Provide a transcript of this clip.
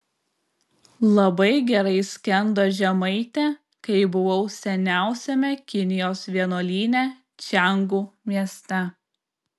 labai gerai skendo žemaitė kai buvau seniausiame kinijos vienuolyne čiangu mieste